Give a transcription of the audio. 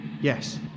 Yes